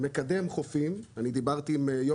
מקדם חופים אני דיברתי עם עידן,